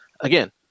Again